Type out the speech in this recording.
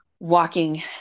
walking